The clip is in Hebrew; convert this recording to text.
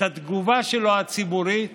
את התגובה הציבורית שלו.